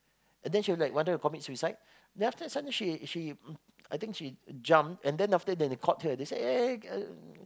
then she was like wanted to commit suicide then after that suddenly she she I think she she jumped then after that they caught her they say eh eh